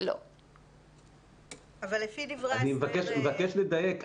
אני מבקש לדייק.